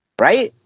Right